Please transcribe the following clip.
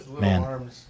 Man